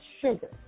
sugar